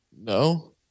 No